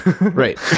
Right